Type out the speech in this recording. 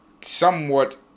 somewhat